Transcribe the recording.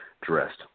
dressed